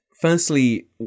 firstly